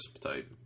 type